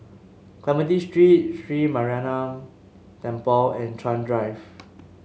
Clementi Street Sri Mariamman Temple and Chuan Drive